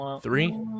Three